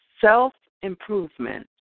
self-improvement